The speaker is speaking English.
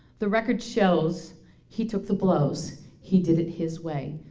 the record shows he took the blows, he did it his way.